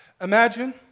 Imagine